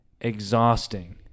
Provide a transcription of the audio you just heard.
exhausting